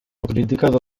criticato